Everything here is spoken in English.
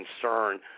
concern